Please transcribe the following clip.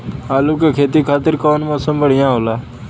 आलू के खेती खातिर कउन मौसम बढ़ियां होला?